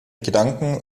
gedanken